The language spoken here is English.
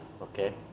Okay